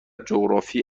جغرافی